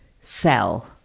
sell